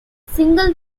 single